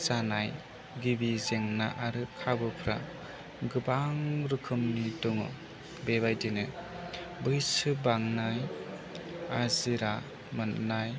जानाय गिबि जेंना आरो खाबुफ्रा गोबां रोखोमनि दङ बेबायदिनो बैसो बांनाय आजिरा मोनन्नाय